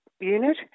unit